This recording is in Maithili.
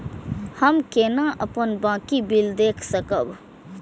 हम केना अपन बाँकी बिल देख सकब?